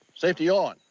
safety on.